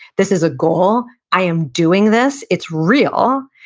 this is a goal, i am doing this, it's real,